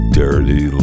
dirty